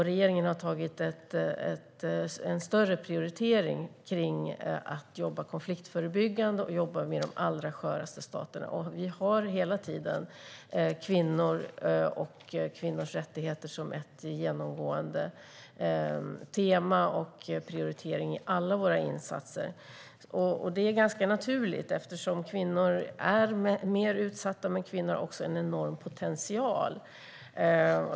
Regeringen har prioriterat högre att man ska jobba med konfliktförebyggande åtgärder och med de allra sköraste staterna. Vi har hela tiden kvinnor och kvinnors rättigheter som ett genomgående tema, och det är prioriterat i alla våra insatser. Det är ganska naturligt eftersom kvinnor är mer utsatta, men kvinnor har också en enorm potential.